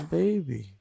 baby